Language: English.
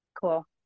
Cool